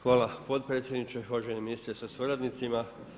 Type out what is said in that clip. Hvala potpredsjedniče, uvaženi ministre sa suradnicima.